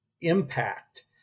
impact